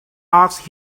asked